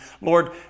Lord